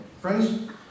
Friends